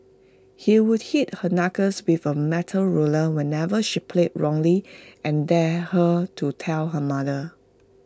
he would hit her knuckles before A metal ruler whenever she played wrongly and dared her to tell her mother